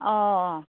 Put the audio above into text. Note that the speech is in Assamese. অঁ অঁ